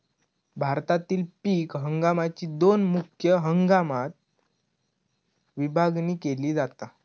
भारतातील पीक हंगामाकची दोन मुख्य हंगामात विभागणी केली जाता